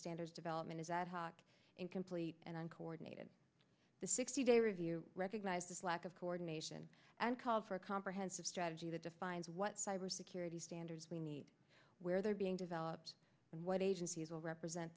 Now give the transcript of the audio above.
standards development is ad hoc incomplete and uncoordinated the sixty day review recognized this lack of coordination and called for a comprehensive strategy that defines what cybersecurity standards we need where they're being developed and what agencies will represent